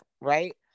right